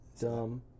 Dumb